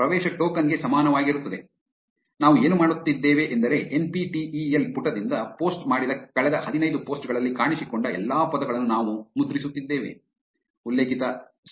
ಆದ್ದರಿಂದ ನಾವು ಏನು ಮಾಡುತ್ತಿದ್ದೇವೆ ಎಂದರೆ N P T E L ಪುಟದಿಂದ ಪೋಸ್ಟ್ ಮಾಡಿದ ಕಳೆದ ಹದಿನೈದು ಪೋಸ್ಟ್ ಗಳಲ್ಲಿ ಕಾಣಿಸಿಕೊಂಡ ಎಲ್ಲಾ ಪದಗಳನ್ನು ನಾವು ಮುದ್ರಿಸುತ್ತಿದ್ದೇವೆ